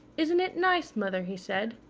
isn't it nice, mother? he said.